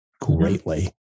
greatly